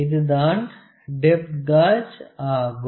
இது தான் depth gauge ஆகும்